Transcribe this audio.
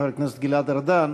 חבר הכנסת גלעד ארדן,